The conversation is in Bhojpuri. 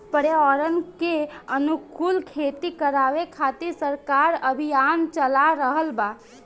पर्यावरण के अनुकूल खेती करावे खातिर सरकार अभियान चाला रहल बा